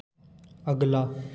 अगला